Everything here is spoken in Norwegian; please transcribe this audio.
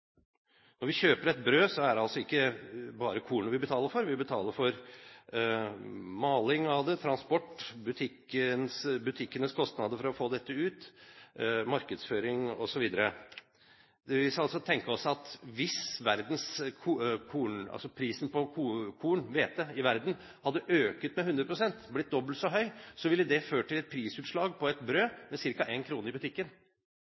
Når vi kjøper et brød, er det ikke bare kornet vi betaler for. Vi betaler for maling av det, transport, butikkenes kostnader for å få dette ut, markedsføring, osv. Hvis vi tenker oss at prisen på korn i verden hadde økt med 100 pst., blitt dobbelt så høy, ville det ført til et prisutslag på et brød på ca. 1 kr i butikken.